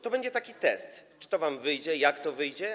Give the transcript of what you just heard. To będzie taki test, czy to wam wyjdzie, jak to wyjdzie.